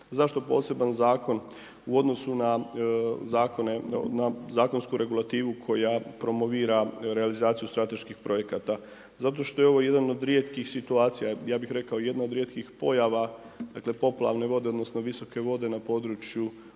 Zašto poseban zakon u odnosu na zakone, na zakonsku regulativu koja promovira realizaciju strateških projekata, zato što je ovo jedan od rijetkih situacija, ja bih rekao jedna od rijetkih pojava, dakle, poplavne vode odnosno visoke vode na području